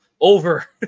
Over